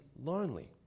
lonely